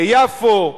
ליפו,